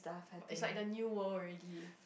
it's like the new world already